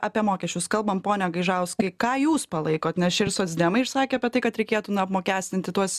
apie mokesčius kalbam pone gaižauskai ką jūs palaikot nes čia ir socdemai išsakė apie tai kad reikėtų na apmokestinti tuos